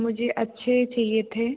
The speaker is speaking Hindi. मुझे अच्छे चाहिए थे